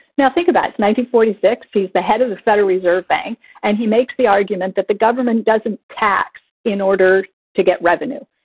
now, think about it. nineteen forty six. he's the head of the federal reserve bank and he makes the argument that the government doesn't tax in order to get revenue.